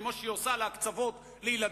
כמו שהיא עושה להקצבות לילדים,